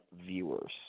viewers